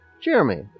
Jeremy